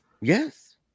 yes